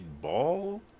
ball